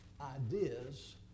ideas